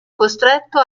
costretto